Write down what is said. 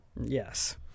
Yes